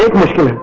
mr.